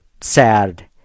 sad